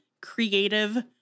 creative